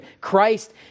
Christ